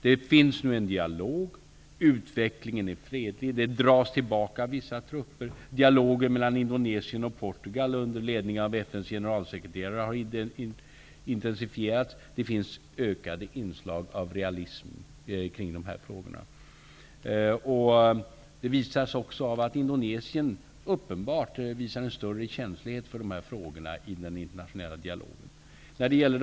Det finns nu en dialog, utvecklingen är fredlig, vissa trupper dras tillbaka, dialogen mellan Indonesien och Portugal under ledning av FN:s generalsekreterare har intensifierats och det finns ökade inslag av realism kring dessa frågor. Detta visar sig också genom att Indonesien i den internationella dialogen uppenbart visar en större känslighet inför dessa frågor.